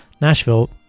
Nashville